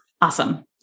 Awesome